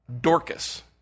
Dorcas